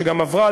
שגם עברה,